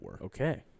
Okay